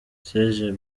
serge